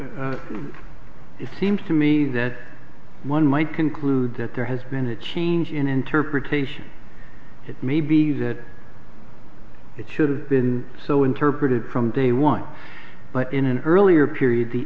but it seems to me that one might conclude that there has been a change in interpretation it may be that it should have been so interpreted from day one but in an earlier period the